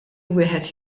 wieħed